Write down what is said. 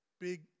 big